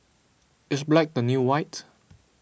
is black the new white